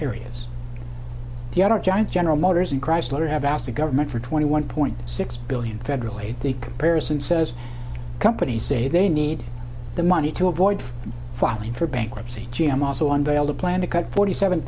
other giant general motors and chrysler have asked the government for twenty one point six billion federal aid the comparison says companies say they need the money to avoid filing for bankruptcy g m also unveiled a plan to cut forty seven